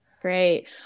great